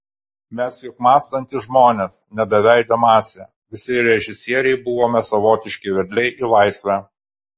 mes juk mąstantys žmonės ne beveidė masė visi režisieriai buvome savotiški vedliai į laisvę